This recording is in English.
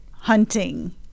hunting